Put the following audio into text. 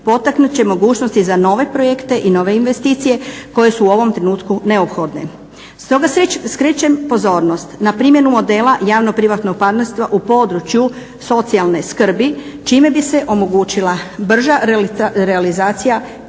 potaknut će mogućnosti za nove investicije koje su u ovom trenutku neophodne. Stoga skrećem pozornost na primjenu modela javno-privatnog partnerstva u području socijalne skrbi čime bi se omogućila brža realizacija